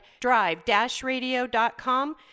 drive-radio.com